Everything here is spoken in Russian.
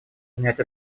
занять